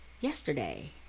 yesterday